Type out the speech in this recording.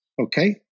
okay